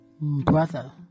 Brother